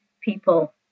people